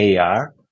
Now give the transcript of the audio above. AR